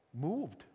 moved